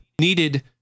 needed